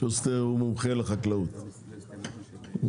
שוסטר הוא מומחה לחקלאות, ולביטחון.